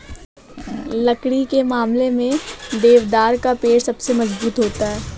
लकड़ी के मामले में देवदार का पेड़ सबसे मज़बूत होता है